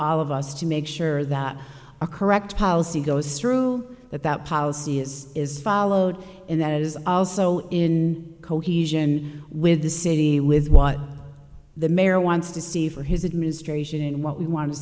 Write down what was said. of us to make sure that a correct policy goes through that that policy is is followed and that is also in cohesion with the city with what the mayor wants to see for his administration and what we want to